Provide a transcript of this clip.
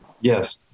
Yes